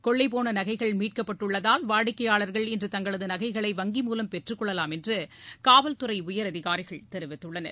கொள்ளைப்போன நகைகள் மீட்கப்பட்டுள்ளதால் வாடிக்கையாளர்கள் இன்று தங்களது நகைகளை வங்கி மூலம் பெற்றுக் கொள்ளலாம் என்று காவல்துறை உயர் அதிகாரிகள் தெரிவித்தனர்